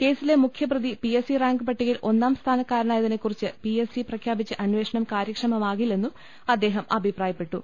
കേസിലെ മുഖ്യപ്രതി PS C rank പട്ടികയിൽ ഒന്നാം സ്ഥാനക്കാരനായതിനെകുറിച്ച് പിഎസ് സി പ്രഖ്യാപിച്ച അന്വേ ഷണം കാര്യക്ഷമമാകില്ലെന്നും അദ്ദേഹം അഭിപ്രായപ്പെട്ടു